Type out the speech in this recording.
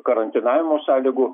karantinavimo sąlygų